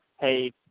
hey